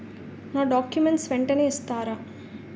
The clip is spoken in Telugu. నా డాక్యుమెంట్స్ వెంటనే ఇస్తారా?